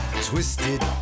Twisted